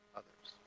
others